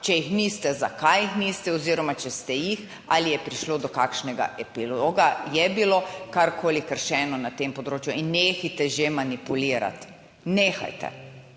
Če jih niste, zakaj jih niste oziroma če ste jih, ali je prišlo do kakšnega epiloga, je bilo karkoli kršeno na tem področju? In nehajte že manipulirati, nehajte.